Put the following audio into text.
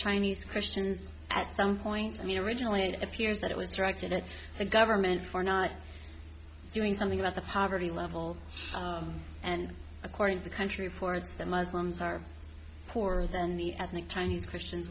chinese christians at some point i mean originally it appears that it was directed at the government for not doing something about the poverty level and according to the country ports that muslims are poorer than the ethnic chinese christians